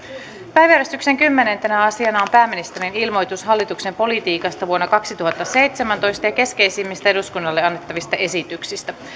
päiväjärjestyksen kymmenentenä asiana on pääministerin ilmoitus hallituksen politiikasta vuonna kaksituhattaseitsemäntoista ja keskeisimmistä eduskunnalle annettavista esityksistä